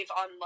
on